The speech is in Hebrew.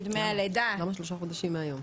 למה שלושה חודשים מהיום?